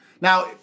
Now